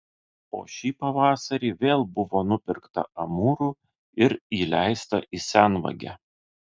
o šį pavasarį vėl buvo nupirkta amūrų ir įleista į senvagę